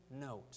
note